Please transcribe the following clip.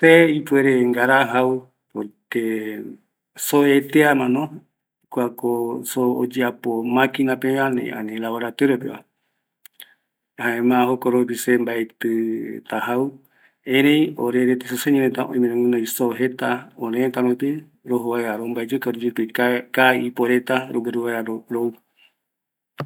Se ipuere ngara jau, soo eteamano, jokuako soo oyeapo maquina peva, ani laboratorio peva, jaema jokoropi se mbaetɨta jau, erei ore isoseño reta oime roguinoi soo jeta örërëtä rupi rojo vaera rombaeyuka kaa iporeta, rogueru vaera rou